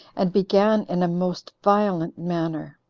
and began in a most violent manner.